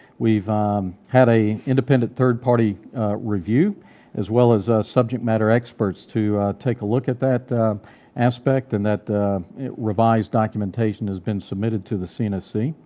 we've um had a independent third party review as well as subject matter experts to take a look at that aspect, and that revised documentation has been submitted to the cnsc.